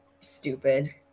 stupid